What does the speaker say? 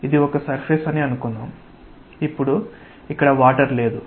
ఇది ఒక సర్ఫేస్ అని అనుకుందాం ఇప్పుడు ఇక్కడ వాటర్ లేదు